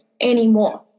anymore